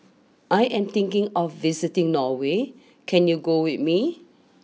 I am thinking of visiting Norway can you go with me